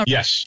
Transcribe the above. Yes